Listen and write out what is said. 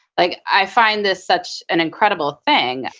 like i find this such an incredible thing.